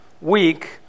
week